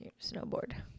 snowboard